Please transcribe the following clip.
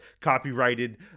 copyrighted